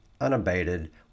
unabated